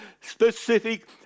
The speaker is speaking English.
specific